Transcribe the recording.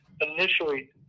initially